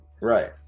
right